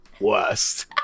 worst